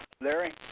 Larry